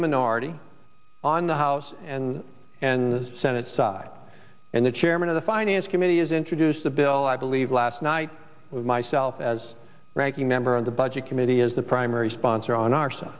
the minority on the house and and the senate side and the chairman of the finance committee is introduced the bill i believe last night with myself as ranking member on the budget committee is the primary sponsor on our s